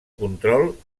control